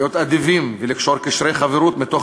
להיות אדיבים ולקשור קשרי חברות מתוך